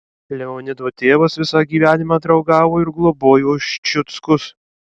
leonido tėvas visą gyvenimą draugavo ir globojo ščiuckus